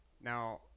Now